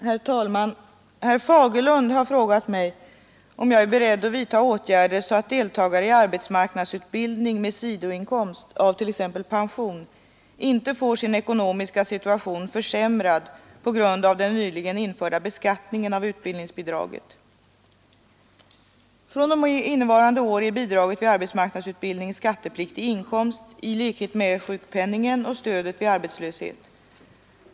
Herr talman! Herr Fagerlund har frågat mig om jag är beredd att vidta åtgärder så att deltagare i arbetsmarknadsutbildning med sidoinkomst av t.ex. pension inte får sin ekonomiska situation försämrad på grund av den nyligen införda beskattningen av utbildningsbidraget. Från och med innevarande år är bidraget vid arbetsmarknadsutbildning skattepliktig inkomst i likhet med sjukpenningen och stödet vid arbetslöshet.